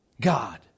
God